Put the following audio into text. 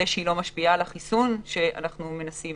שהיא גם לא משפיעה על החיסון שאנחנו מנסים